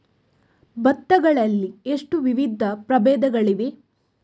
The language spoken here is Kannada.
ಭತ್ತ ಗಳಲ್ಲಿ ಎಷ್ಟು ವಿಧದ ಪ್ರಬೇಧಗಳಿವೆ?